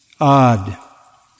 odd